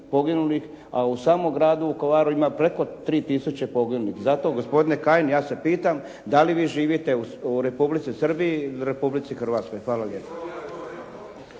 a u samom gradu Vukovaru ima preko 3 tisuće poginulih. Zato gospodine Kajin ja se pitam da li vi živite u Republici Srbiji ili Republici Hrvatskoj?